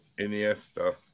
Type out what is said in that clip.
Iniesta